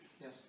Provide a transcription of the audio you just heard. Yes